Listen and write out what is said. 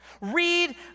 Read